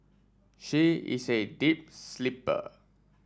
she is a deep sleeper